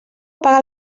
apaga